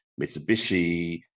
Mitsubishi